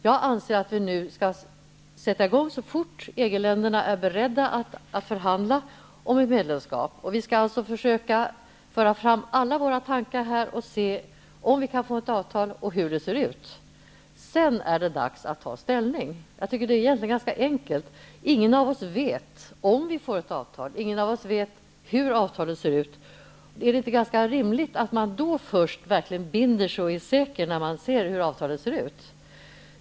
Jag anser att vi, så fort medlemsländerna är beredda, skall sätta i gång med förhandlingar om ett medlemskap. Vi skall alltså försöka föra fram alla våra tankar här för att få reda på om vi kan få till stånd ett avtal och hur ett sådant ser ut. Därefter är det dags att ta ställning. Egentligen är det hela ganska enkelt. Ingen av oss vet ju om vi får till stånd ett avtal, och ingen av oss vet hur ett eventuellt avtal ser ut. Är det inte ganska rimligt att binda sig först när man verkligen är säker och vet hur avtalet ser ut?